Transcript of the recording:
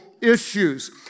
issues